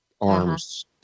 arms